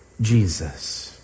Jesus